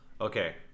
okay